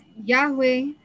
Yahweh